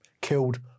killed